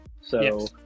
so-